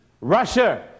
Russia